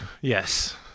Yes